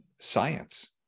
science